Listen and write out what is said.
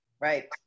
Right